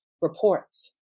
reports